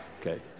Okay